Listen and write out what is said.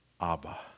Abba